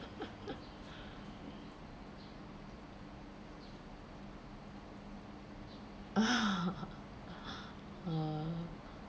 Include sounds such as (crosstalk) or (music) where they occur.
(laughs) ah ha